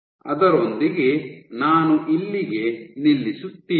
ಅದರೊಂದಿಗೆ ನಾನು ಇಲ್ಲಿಗೆ ನಿಲ್ಲಿಸುತ್ತೀನಿ